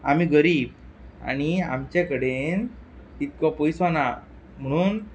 आमी गरीब आनी आमचे कडेन इतको पयसो ना म्हणून